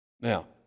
Now